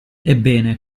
ebbene